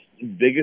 biggest